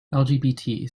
lgbt